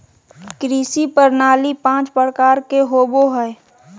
कृषि प्रणाली पाँच प्रकार के होबो हइ